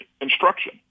instruction